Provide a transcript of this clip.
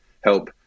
help